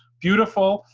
beautiful,